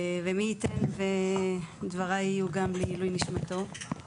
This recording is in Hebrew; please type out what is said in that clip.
ומי ייתן ודבריי יהיו גם לעילוי נשמתו.